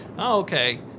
okay